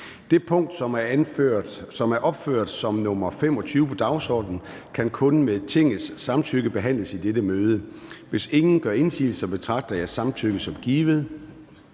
Det punkt, som er opført som nr. 25 på dagsordenen, kan kun med Tingets samtykke behandles i dette møde. Hvis ingen gør indsigelse, betragter jeg samtykket som givet.